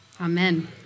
Amen